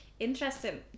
Interesting